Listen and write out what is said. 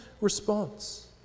response